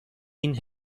این